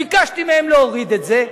ביקשתי מהם להוריד את זה,